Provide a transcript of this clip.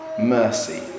mercy